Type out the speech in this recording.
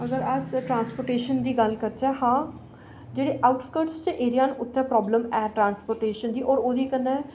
अगर अस ट्रांसपोर्टेशन दी गल्ल करचै हां जेह्ड़े आऊटकट्स एरिया न उत्थै प्रॉब्लम ऐ ट्रांसपोर्ट दी होर ओह्दी कन्नै